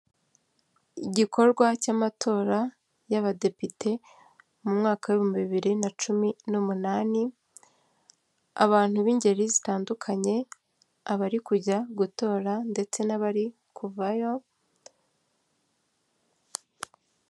Igikorwa cy'amatora y'abadepite mu mwaka w bihumbi bibiri na cumi n'umunani, abantu b'ingeri zitandukanye abari kujya gutora ndetse n'abari kuvayo.